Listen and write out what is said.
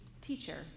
teacher